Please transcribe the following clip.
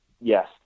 yes